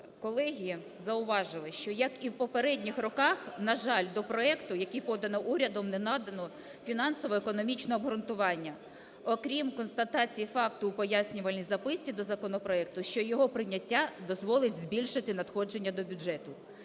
колеги зауважили, що як і в попередніх роках, на жаль, до проекту, який подано урядом, не надано фінансово-економічного обґрунтування, окрім констатації факту в пояснювальній записці до законопроекту, що його прийняття дозволить збільшити надходження до бюджету.